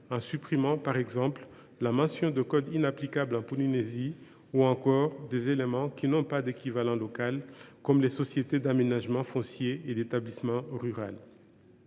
en supprimant par exemple la mention de codes inapplicables en Polynésie ou encore des éléments qui n’ont pas d’équivalent local, comme les sociétés d’aménagement foncier et d’établissement rural